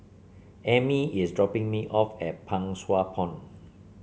Emmie is dropping me off at Pang Sua Pond